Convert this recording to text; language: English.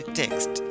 text